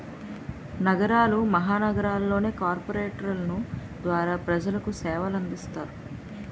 నగరాలు మహానగరాలలో కార్పొరేషన్ల ద్వారా ప్రజలకు సేవలు అందిస్తారు